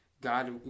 God